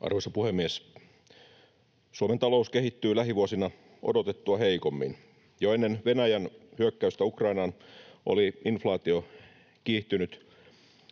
Arvoisa puhemies! Suomen talous kehittyy lähivuosina odotettua heikommin. Jo ennen Venäjän hyökkäystä Ukrainaan oli inflaatio kiihtynyt